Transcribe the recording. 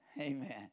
Amen